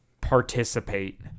participate